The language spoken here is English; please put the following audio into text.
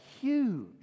huge